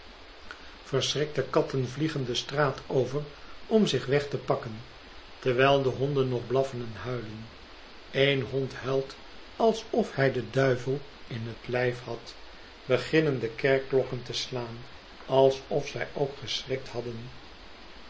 verschrikte katten vliegen de straat over om zich weg te pakken terwijl de honden nog blaffen en huilen één hond huilt alsof hij den duivel in het lijf had beginnen de kerkklokken te slaan alsof zij ook geschrikt hadden